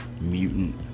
mutant